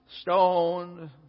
stoned